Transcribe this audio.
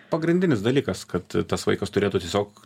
pagrindinis dalykas kad tas vaikas turėtų tiesiog